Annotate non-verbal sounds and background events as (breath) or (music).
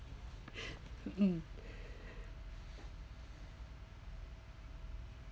(breath) mm